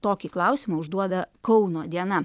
tokį klausimą užduoda kauno diena